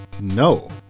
No